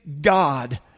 God